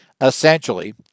essentially